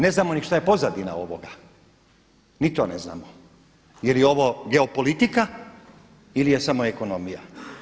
Ne znamo ni šta je pozadina ovoga, ni to ne znamo jer je ovo geopolitika ili je samo ekonomija.